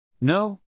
No